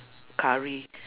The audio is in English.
curry